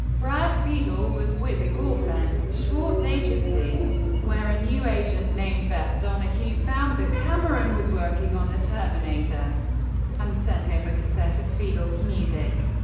brad fiedel was with the gorfaine schwartz agency where a new agent named beth donahue found that cameron was working on the terminator and sent him a cassette of fiedel's music.